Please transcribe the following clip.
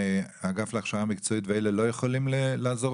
האגף להכשרה מקצועית ואלה לא יכולים לעזור